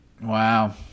Wow